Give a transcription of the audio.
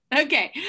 Okay